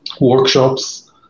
workshops